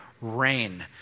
rain